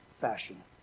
fashion